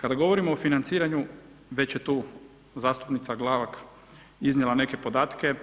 Kada govorimo o financiranju, već je tu zastupnica Glavak iznijela neke podatke,